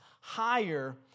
higher